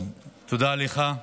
תודה לך.